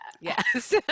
Yes